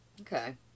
Okay